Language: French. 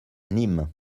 nîmes